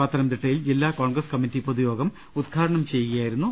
പത്തനംതിട്ടയിൽ ജില്ലാ കോൺഗ്രസ് കമ്മിറ്റിയുടെ പൊതു യോഗം ഉദ്ഘാടനം ചെയ്യുകയായിരുന്നു അദ്ദേഹം